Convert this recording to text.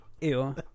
ew